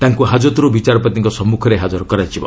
ତାଙ୍କୁ ହାକତ୍ରୁ ବିଚାରପତିଙ୍କ ସମ୍ମଖରେ ହାଜର କରାଯିବ